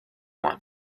want